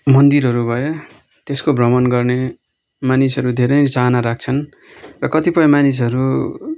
मन्दिरहरू भयो त्यसको भ्रमण गर्ने मानिसहरू धेरै नै चाहना राख्छन् र कतिपय मानिसहरू